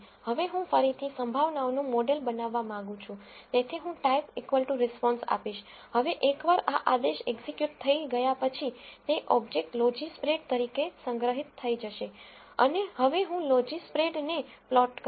હવે હું ફરીથી પ્રોબેબ્લીટીઝનું મોડેલ બનાવવા માંગું છું તેથી હું ટાઇપ રિસ્પોન્સtyperesponse આપીશ હવે એકવાર આ આદેશ એકઝીક્યુટ થઈ ગયા પછી તે ઓબ્જેક્ટ લોજીસ્પ્રેડ તરીકે સંગ્રહિત થઈ જશે અને હવે હું લોજીસ્પ્રેડ ને પ્લોટ કરીશ